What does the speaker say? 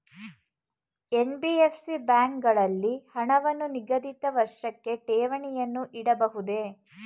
NBFC ಬ್ಯಾಂಕುಗಳಲ್ಲಿ ಹಣವನ್ನು ನಿಗದಿತ ವರ್ಷಕ್ಕೆ ಠೇವಣಿಯನ್ನು ಇಡಬಹುದೇ?